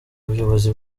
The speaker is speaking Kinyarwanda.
ubuyobozi